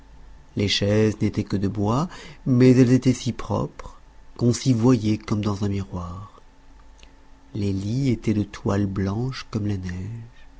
les chaises n'étaient que de bois mais elles étaient si propres qu'on s'y voyait comme dans un miroir les lits étaient de toiles blanches comme la neige